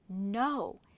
No